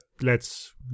lets